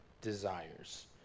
desires